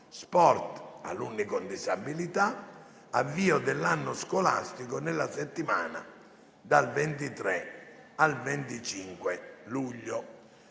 sport, alunni con disabilità, avvio dell'anno scolastico, nella settimana dal 23 al 25 luglio.